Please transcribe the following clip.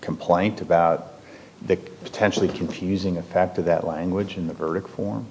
complaint about that potentially confusing a path to that language in the verdict form